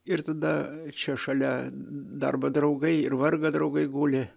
ir tada čia šalia darbo draugai ir vargo draugai guli